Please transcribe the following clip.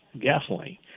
gasoline